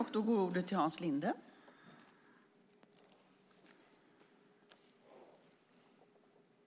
Då Valter Mutt, som framställt en av interpellationerna, anmält att han var förhindrad att närvara vid sammanträdet medgav förste vice talmannen att Tina Ehn i stället fick delta i överläggningen.